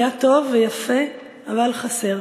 היה טוב ויפה אבל חסר.